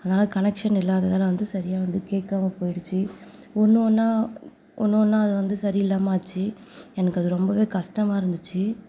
அதனால் கனெக்க்ஷன் இல்லாததால் வந்து சரியாக வந்து கேட்காம போய்டுச்சு ஒன்று ஒன்றா ஒன்று ஒன்றா அது வந்து சரியில்லாமல் ஆச்சு எனக்கு அது ரொம்பவே கஷ்டமாக இருந்துச்சு